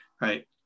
right